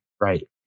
Right